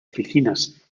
oficinas